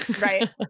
Right